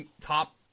top